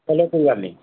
ਚਲੋ ਕੋਈ ਗੱਲ ਨਹੀਂ